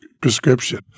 prescription